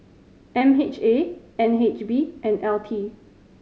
M H A N H B and L T